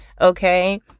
Okay